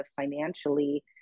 financially